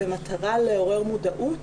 במטרה לעורר מודעות.